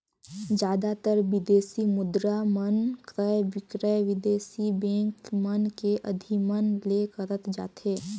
जादातर बिदेसी मुद्रा मन क्रय बिक्रय बिदेसी बेंक मन के अधिमन ले करत जाथे